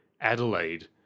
Adelaide